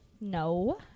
No